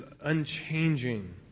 unchanging